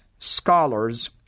scholars